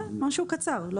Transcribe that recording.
כן, משהו קצר.